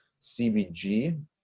cbg